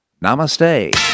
Namaste